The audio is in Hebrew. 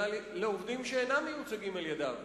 אלא לעובדים שאינם מיוצגים על-ידיו,